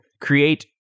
create